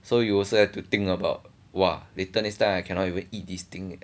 so you also have to think about !wah! later next time I cannot even eat this thing